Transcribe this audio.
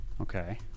Okay